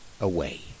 away